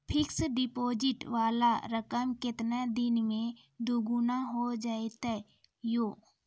Fixed deposit वाला रकम केतना दिन मे दुगूना हो जाएत यो?